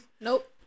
Nope